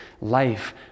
life